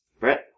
Brett